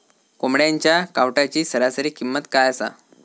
कोंबड्यांच्या कावटाची सरासरी किंमत काय असा?